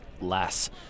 less